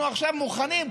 אנחנו עכשיו מוכנים,